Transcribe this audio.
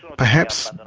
perhaps.